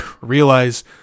realize